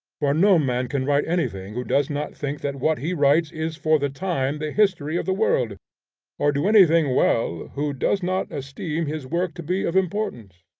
for no man can write anything who does not think that what he writes is for the time the history of the world or do anything well who does not esteem his work to be of importance.